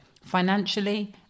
financially